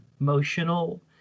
emotional